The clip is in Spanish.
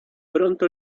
pronto